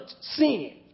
sin